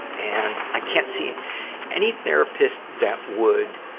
and, i can't see any therapist that would,